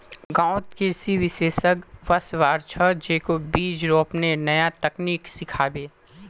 गांउत कृषि विशेषज्ञ वस्वार छ, जेको बीज रोपनेर नया तकनीक सिखाबे